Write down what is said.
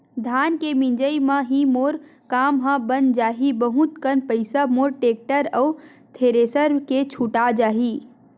धान के मिंजई म ही मोर काम ह बन जाही बहुत कन पईसा मोर टेक्टर अउ थेरेसर के छुटा जाही